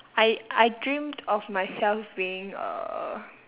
I I dreamed of myself being uh